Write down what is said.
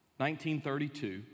1932